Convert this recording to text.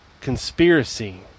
conspiracy